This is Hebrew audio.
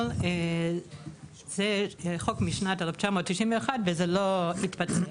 אבל זה חוק משנת 1991 והוא לא התבצע.